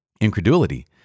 incredulity